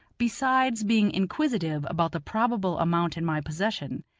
besides being inquisitive about the probable amount in my possession,